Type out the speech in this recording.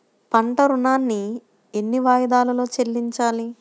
పంట ఋణాన్ని ఎన్ని వాయిదాలలో చెల్లించాలి?